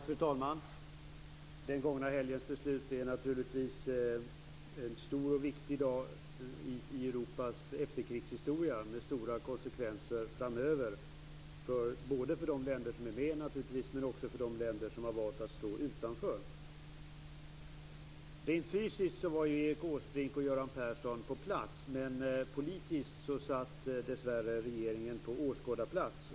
Fru talman! När den gångna helgens beslut fattades var det naturligtvis en stor och viktig dag i Europas efterkrigshistoria, med stora konsekvenser framöver, både för de länder som är med och för de länder som har valt att stå utanför. Rent fysiskt var Erik Åsbrink och Göran Persson på plats, men politiskt satt dessvärre regeringen på åskådarplats.